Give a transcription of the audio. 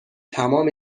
تمام